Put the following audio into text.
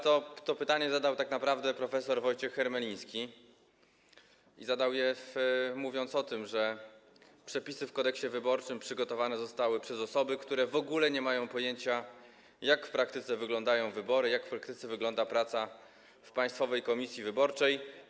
To pytanie zadał tak naprawdę prof. Wojciech Hermeliński, mówiąc o tym, że te przepisy Kodeksu wyborczego przygotowane zostały przez osoby, które w ogóle nie mają pojęcia, jak w praktyce wyglądają wybory, jak w praktyce wygląda praca w Państwowej Komisji Wyborczej.